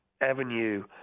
avenue